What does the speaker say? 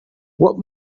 what